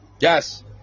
Yes